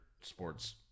Sports